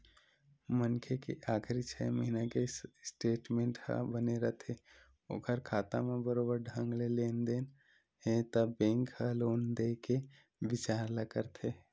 मनखे के आखरी छै महिना के स्टेटमेंट ह बने रथे ओखर खाता म बरोबर ढंग ले लेन देन हे त बेंक ह लोन देय के बिचार ल करथे